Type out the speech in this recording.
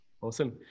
Awesome